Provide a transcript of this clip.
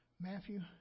Matthew